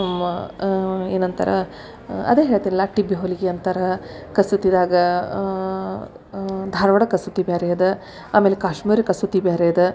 ಮ ಏನಂತಾರ ಅದೇ ಹೇಳ್ತೀರಲ್ಲ ಟಿಬ್ಬಿ ಹೊಲ್ಗೆ ಅಂತಾರೆ ಕಸೂತಿದಾಗ ಧಾರವಾಡ ಕಸೂತಿ ಬೇರೆ ಅದ ಆಮೇಲೆ ಕಾಶ್ಮೀರಿ ಕಸೂತಿ ಬೇರೆ ಅದ